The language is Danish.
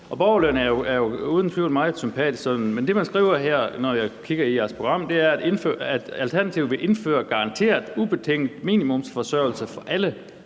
borgerløn er jo uden tvivl meget sympatisk. Men det, man skriver her, når jeg kigger i jeres program, er: »Alternativet vil indføre garanteret, ubetinget minimumsforsørgelse for alle